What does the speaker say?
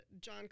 John